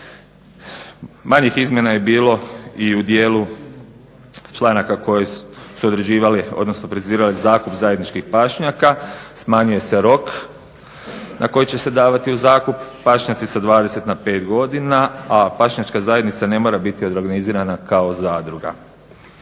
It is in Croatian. Manjih izmjena je bilo i u dijelu članaka koji su određivali, odnosno prizivali zakup zajedničkih pašnjaka, smanjuje se rok na koji će se davati u zakup, pašnjaci sa 20 na 5 godina, a pašnjačka zajednica ne mora biti organizirana kao zadruga.